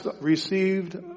received